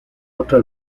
otra